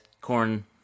Corn